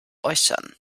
äußern